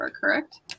correct